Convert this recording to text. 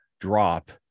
drop